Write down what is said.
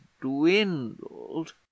dwindled